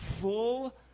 full